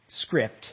Script